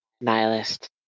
nihilist